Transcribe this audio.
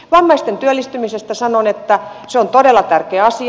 vammaisten työllistymisestä sanon että se on todella tärkeä asia